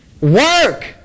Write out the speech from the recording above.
Work